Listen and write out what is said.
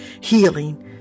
Healing